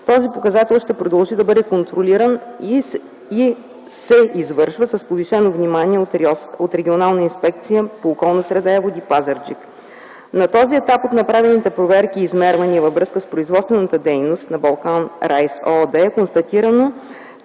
Този показател ще продължи да бъде контролиран и се извършва с повишено внимание от Регионална инспекция по околната среда и водите в Пазарджик. На този етап от направените проверки измервания във връзка с производствената дейност на „Балкан Райс” ООД е констатирано,